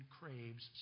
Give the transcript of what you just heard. craves